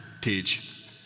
Teach